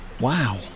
Wow